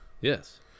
Yes